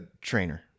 Trainer